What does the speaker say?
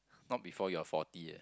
not before you are forty eh